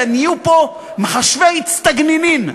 נהיו פה מחשבי אצטגנינין.